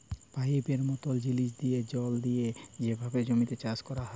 পাইপের মতল জিলিস দিঁয়ে জল দিঁয়ে যেভাবে জমিতে চাষ ক্যরা হ্যয়